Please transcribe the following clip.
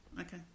Okay